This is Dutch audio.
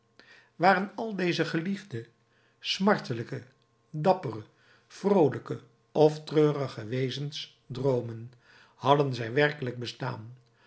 waren al deze geliefde smartelijke dappere vroolijke of treurige wezens droomen hadden zij werkelijk bestaan